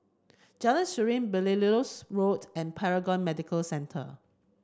Jalan Serene Belilios Road and Paragon Medical Centre